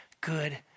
good